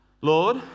Lord